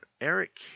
Eric